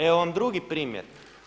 Evo vam drugi primjer.